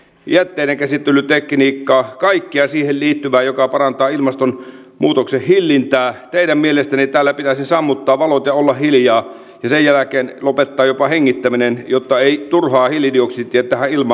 jätteidenkäsittelytekniikkaa kaikkea siihen liittyvää joka parantaa ilmastonmuutoksen hillintää teidän mielestänne täällä pitäisi sammuttaa valot ja olla hiljaa ja sen jälkeen lopettaa jopa hengittäminen jotta ei tulisi turhaa hiilidioksidia